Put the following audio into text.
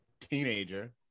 teenager